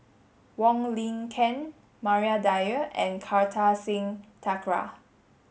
Wong Lin Ken Maria Dyer and Kartar Singh Thakral